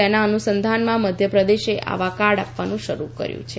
તેના અનુસંધાનમાં મધ્યપ્રદેશે આવા કાર્ડ આપવાનું શરૂ કર્યું છે